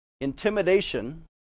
intimidation